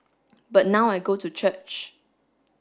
but now I go to church